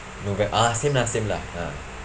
novem~ ah same lah same lah ah